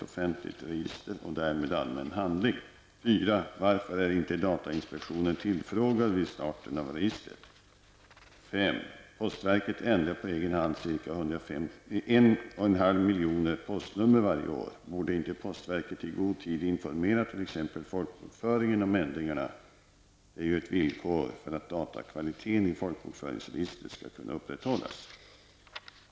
4. Varför är inte datainspektionen tillfrågad vid starten av registret? 5. Postverket ändrar på egen hand ca 1,5 miljoner postnummer varje år. Borde inte postverket i god tid informera t.ex. folkbokföringen om ändringarna? Det är ju ett villkor för att datakvaliteten i folkbokföringsregistret skall kunna upprätthållas.